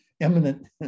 eminent